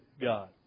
God